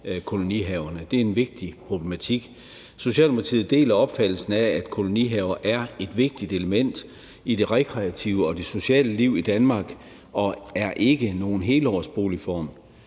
det er en vigtig problematik. Socialdemokratiet deler opfattelsen af, at kolonihaver er et vigtigt element i det rekreative og det sociale liv i Danmark og ikke er nogen helårsboligform.